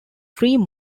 three